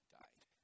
died